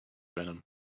venom